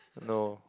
no